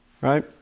Right